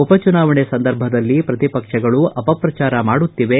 ಉಪಚುನಾವಣೆ ಸಂದರ್ಭದಲ್ಲಿ ಪ್ರತಿಪಕ್ಷಗಳು ಅಪಪ್ರಚಾರ ಮಾಡುತ್ತಿವೆ